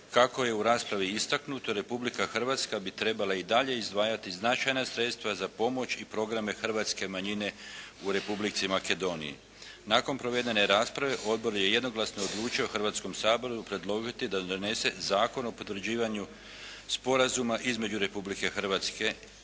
Kako je u raspravi istaknuto Republika Hrvatska bi trebala i dalje izdvajati značajna sredstva za pomoć i programe hrvatske manjine u Republici Makedoniji. Nakon provedene rasprave odbor je jednoglasno odlučio Hrvatskom saboru predložiti da donese Zakon o potvrđivanju Sporazuma između Republike Hrvatske i Republike